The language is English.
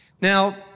Now